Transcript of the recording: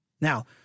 Now